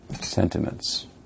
sentiments